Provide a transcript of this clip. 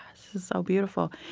so beautiful.